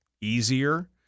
easier